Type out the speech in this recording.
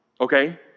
Okay